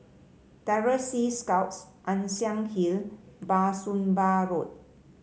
Terror Sea Scouts Ann Siang Hill Bah Soon Pah Road